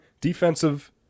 Defensive